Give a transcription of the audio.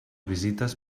visites